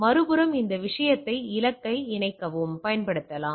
மறுபுறம் இந்த விஷயத்தை இலக்கை இணைக்கவும் பயன்படுத்தலாம்